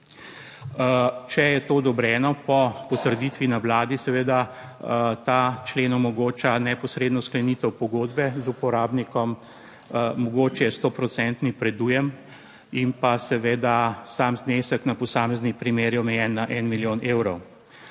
Če je to odobreno, po potrditvi na Vladi seveda ta člen omogoča neposredno sklenitev pogodbe z uporabnikom, mogoče so procentni predujem in pa seveda sam znesek na posamezni primer je omejen na en milijon evrov.